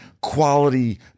quality